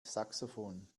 saxophon